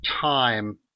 time